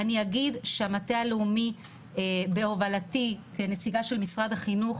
אני אגיד שהמטה הלאומי בהובלתי כנציגה של משרד החינוך,